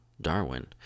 Darwin